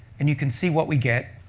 and you can see what we get